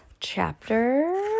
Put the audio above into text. Chapter